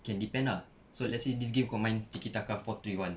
can depend lah so let's say this game kau main tiki-taka four three one